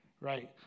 right